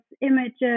images